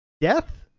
Death